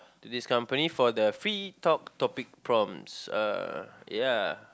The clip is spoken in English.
this company for the free talk topic prompts uh ya